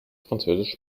französisch